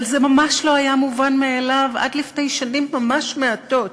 אבל זה ממש לא היה מובן מאליו עד לפני שנים ממש מעטות.